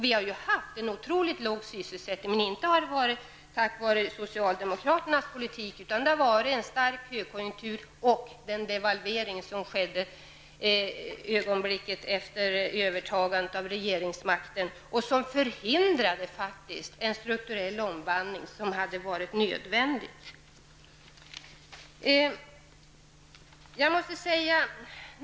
Vi har haft en otroligt låg arbetslöshet, men inte har det varit tack vare socialdemokraternas politik, utan det har varit tack vare en stark högkonjunktur och den devalvering som genomfördes ögonblicket efter övertagandet av regeringsmakten och som faktiskt förhindrat en strukturell omvandling som hade varit nödvändig.